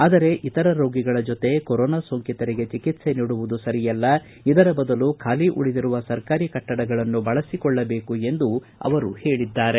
ಆದರೆ ಇತರ ರೋಗಿಗಳ ಜೊತೆ ಕೊರೋನಾ ಸೋಂಕಿತರಿಗೆ ಚಿಕಿತ್ಸೆ ನೀಡುವುದು ಸರಿಯಲ್ಲ ಇದರ ಬದಲು ಖಾಲಿ ಉಳಿದಿರುವ ಸರ್ಕಾರಿ ಕಟ್ನಡಗಳನ್ನು ಬಳಸಿಕೊಳ್ಳಬೇಕು ಎಂದು ಹೇಳಿದ್ದಾರೆ